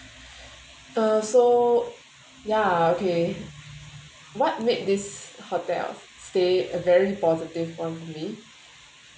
uh so ya okay what made this hotel stay a very positive one for me